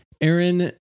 Aaron